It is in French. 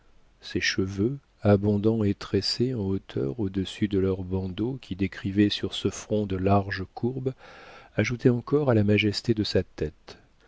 ses cheveux abondants et tressés en hauteur au-dessus de deux bandeaux qui décrivaient sur ce front de larges courbes ajoutaient encore à la majesté de sa tête